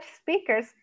speakers